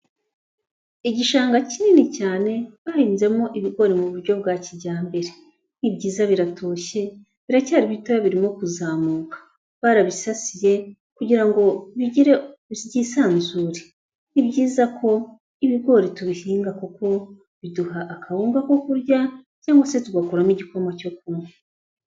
Igishanga kinini cyane bahinzemo ibigori mu buryo bwa kijyambere. Ni ibyiza biratoshye biracyari bitoya birimo kuzamuka, barabisasiye kugira ngo bigire byisanzure. Ni byiza ko ibigori tubihinga kuko biduha akawunga ko kurya cyangwa se tugakuramo igikoma cyo kunywa.